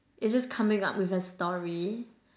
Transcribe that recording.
it's just coming up with a story